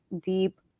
deep